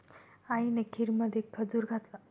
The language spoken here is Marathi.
आईने खीरमध्ये खजूर घातला